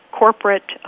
corporate